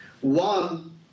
One